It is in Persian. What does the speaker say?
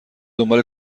دنبال